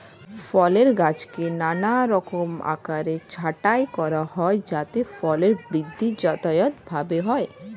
ফলের গাছকে নানারকম আকারে ছাঁটাই করা হয় যাতে ফলের বৃদ্ধি যথাযথভাবে হয়